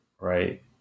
right